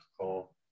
call